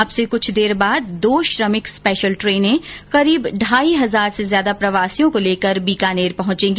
अब से कुछ देर बाद दो श्रमिक स्पेशल ट्रेने करीब ढाई हजार से ज्यादा प्रवासियों को लेकर बीकानेर पहुंचेगी